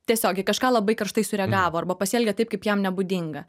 tiesiog į kažką labai karštai sureagavo arba pasielgė taip kaip jam nebūdinga